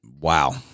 Wow